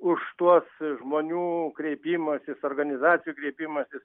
už tuos žmonių kreipimąsi organizacijų kreipimąsi